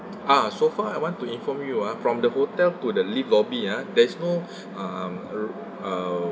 ah so far I want to inform you ah from the hotel to the lift lobby ah there's no um uh